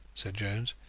said jones.